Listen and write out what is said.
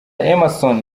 emmerson